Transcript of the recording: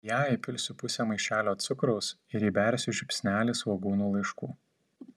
į ją įpilsiu pusę maišelio cukraus ir įbersiu žiupsnelį svogūnų laiškų